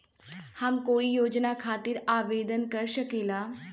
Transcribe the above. हम कोई योजना खातिर आवेदन कर सकीला?